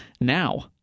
now